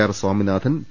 R Saminathan P